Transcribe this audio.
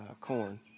corn